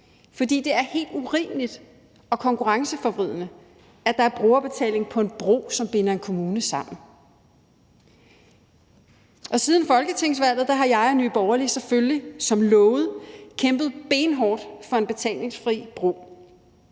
fordi det er helt urimeligt og konkurrenceforvridende, at der er brugerbetaling på en bro, som binder en kommune sammen. Siden folketingsvalget har jeg og Nye Borgerlige selvfølgelig som lovet kæmpet benhårdt for en betalingsfri bro,